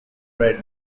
read